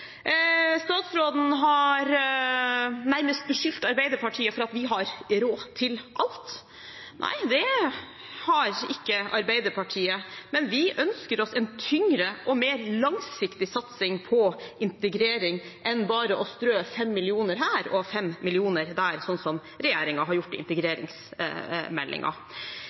Statsråden har nærmest beskyldt Arbeiderpartiet for at vi har råd til alt. Nei, det har ikke Arbeiderpartiet, men vi ønsker oss en tyngre og mer langsiktig satsing på integrering enn bare å strø 5 mill. kr her og 5 mill. kr der, slik som regjeringen har gjort i